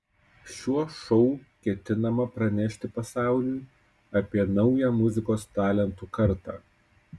šiuo šou ketinama pranešti pasauliui apie naują muzikos talentų kartą